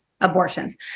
abortions